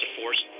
Force